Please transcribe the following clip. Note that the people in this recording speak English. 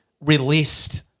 released